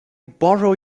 borrow